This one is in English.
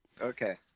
Okay